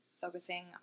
focusing